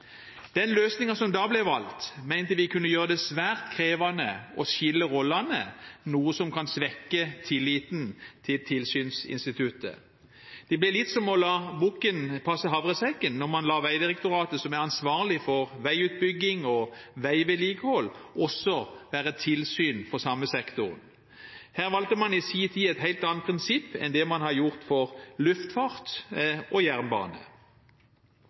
Den løsningen som da ble valgt, mente vi kunne gjøre det svært krevende å skille rollene, noe som kan svekke tilliten til tilsynsinstituttet. Det blir litt som å la bukken passe havresekken når man lar Vegdirektoratet, som er ansvarlig for veiutbygging og veivedlikehold, også å være tilsyn for samme sektor. Her valgte man i sin tid et helt annet prinsipp enn det man har gjort for luftfart og jernbane.